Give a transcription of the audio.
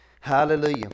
Hallelujah